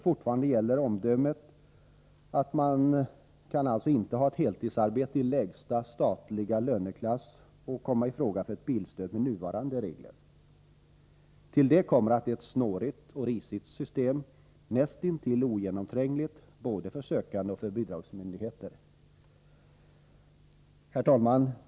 Fortfarande gäller omdömet att man inte kan ha ett heltidsarbete i lägsta statliga löneklass och komma i fråga för ett bilstöd med nuvarande regler. Till det kommer att det är ett ”snårigt och risigt” system, näst intill ogenomträngligt både för sökande och för bidragsmyndigheter. Herr talman!